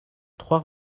trois